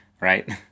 right